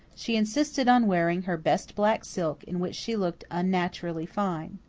she insisted on wearing her best black silk, in which she looked unnaturally fine.